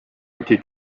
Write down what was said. été